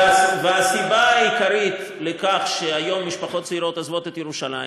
והסיבה העיקרית לכך שהיום משפחות צעירות עוזבות את ירושלים